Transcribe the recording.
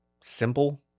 simple